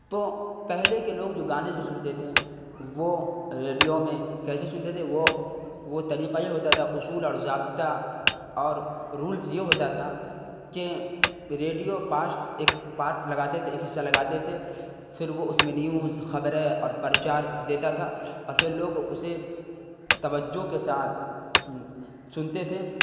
تو پہلے کے لوگ جو گانے جو سنتے تھے وہ ریڈیو میں کیسے سنتے تھے وہ وہ طریقہ یہ ہوتا تھا اصول اور ضابطہ اور رولس یہ ہوتا تھا کہ ریڈیو پاسٹ ایک پارٹ لگاتے تھے ایک حصہ لگاتے تھے پھر وہ اس میں نیوز خبریں اور پرچار دیتا تھا اور پھر لوگ اسے توجہ کے ساتھ سنتے تھے